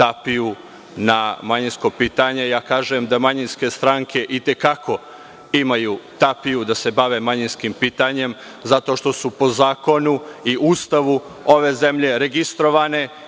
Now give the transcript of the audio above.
tapiju na manjinsko pitanje. Kažem da manjinske stranke i te kako imaju tapiju da se bave manjinskim pitanjima zato što su po zakonu i Ustavu ove zemlje registrovane